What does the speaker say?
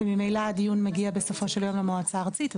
וממילא הדיון מגיע בסופו של דבר למועצה הארצית.